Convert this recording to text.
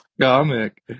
comic